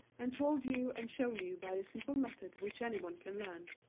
and told you and shown you by a simple method which anyone can learn,